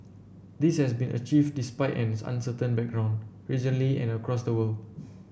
this has been achieved despite an uncertain background regionally and across the world